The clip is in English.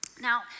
Now